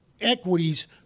equities